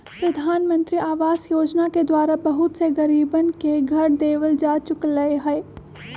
प्रधानमंत्री आवास योजना के द्वारा बहुत से गरीबन के घर देवल जा चुक लय है